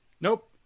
Nope